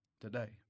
Today